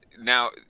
Now